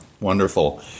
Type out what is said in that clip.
wonderful